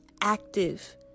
active